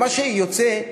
מה שיוצא,